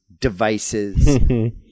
devices